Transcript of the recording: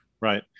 Right